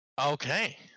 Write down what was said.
Okay